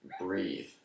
breathe